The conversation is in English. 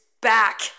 back